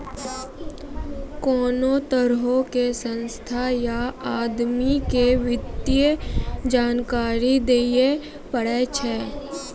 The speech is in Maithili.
कोनो तरहो के संस्था या आदमी के वित्तीय जानकारी दियै पड़ै छै